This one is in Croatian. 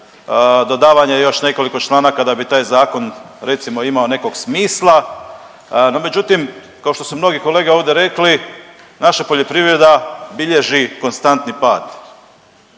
dodavanja još nekoliko članaka da bi taj zakon recimo imao nekog smisla, no međutim kao što su mnogi kolege ovdje rekli naša poljoprivreda bilježi konstantni pad.